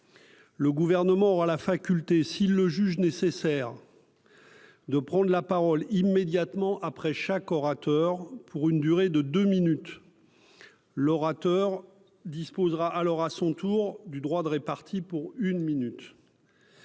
le gouvernement aura la faculté s'il le juge nécessaire. De prendre la parole immédiatement après chaque orateur pour une durée de 2 minutes l'orateur disposera alors à son tour du droit d'répartis pour une minute.